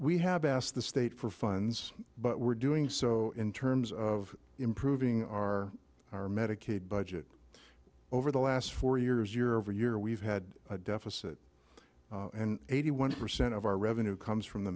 have asked the state for funds but we're doing so in terms of improving our our medicaid budget over the last four years year over year we've had a deficit and eighty one percent of our revenue comes from the